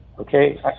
Okay